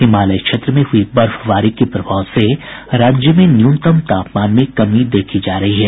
हिमालय क्षेत्र में हुई बर्फबारी के प्रभाव से राज्य में न्यूनतम तापमान में कमी देखी जा रही है